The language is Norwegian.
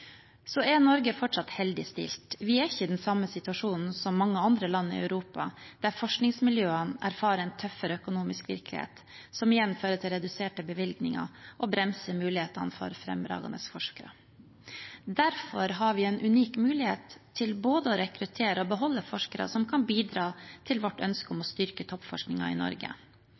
Så er Norge fortsatt heldig stilt. Vi er ikke i den samme situasjonen som mange andre land i Europa, der forskningsmiljøene erfarer en tøffere økonomisk virkelighet, som igjen fører til reduserte bevilgninger og bremser mulighetene for fremragende forskere. Derfor har vi en unik mulighet til både å rekruttere og beholde forskere som kan bidra til vårt ønske om å styrke toppforskningen i Norge.